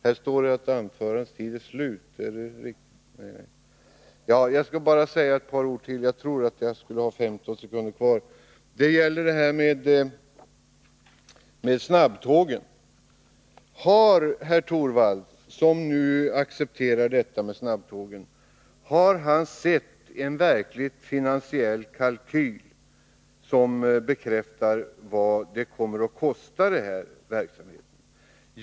Jag har väl några sekunder kvar av min repliktid och vill säga ytterligare några ord. Det gäller snabbtågen. Har herr Torwald, som nu accepterar detta med snabbtågen, sett en verklig finansiell kalkyl som bekräftar vad verksamheten kommer att kosta?